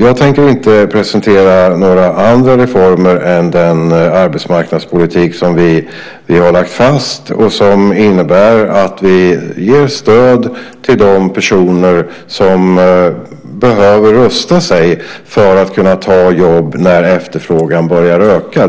Jag tänker inte presentera några andra reformer än den arbetsmarknadspolitik som vi har lagt fast och som innebär att vi ger stöd till de personer som behöver rusta sig för att kunna ta jobb när efterfrågan börjar öka.